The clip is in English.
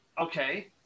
okay